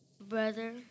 brother